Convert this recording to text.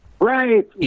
Right